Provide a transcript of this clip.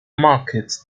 markets